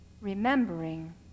remembering